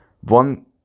one